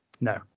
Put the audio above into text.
No